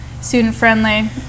student-friendly